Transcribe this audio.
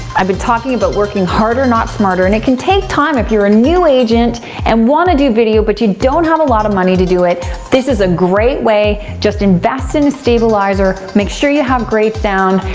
i've been talking about but working harder, not smarter and it can take time if you're a new agent and wanna do video, but you don't have a lot of money to do it, this is a great way. just invest in a stabilizer, make sure you have great sound,